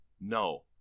No